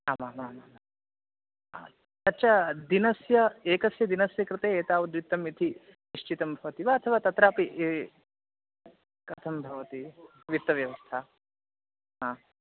आमामामाम् तच्च दिनस्य एकस्य दिनस्य कृते एतावद्वित्तम् इति निश्चितं भवति वा अथवा तत्रापि कथं भवति वित्तव्यवस्था हा